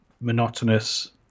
monotonous